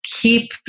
keep